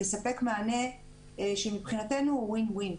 תספק מענה שמבחינתנו הוא וין-וין.